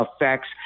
effects